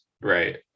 Right